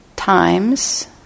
times